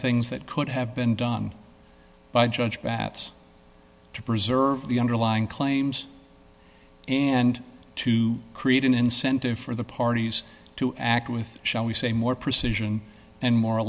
things that could have been done by judge batts to preserve the underlying claims and to create an incentive for the parties to act with shall we say more precision and mor